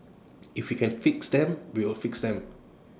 if we can fix them we will fix them